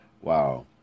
wow